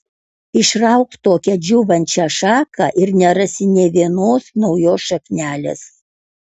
išrauk tokią džiūvančią šaką ir nerasi nė vienos naujos šaknelės